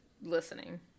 listening